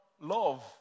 love